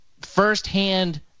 firsthand